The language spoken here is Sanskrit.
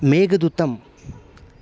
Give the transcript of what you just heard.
मेघदूतम्